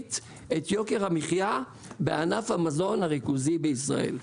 משמעותית את יוקר המחיה בענף המזון הריכוזי בישראל.